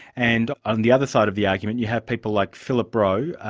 and on the other side of the argument you have people like phillip roe,